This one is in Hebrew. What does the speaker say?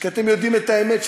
כי אתם יודעים את האמת,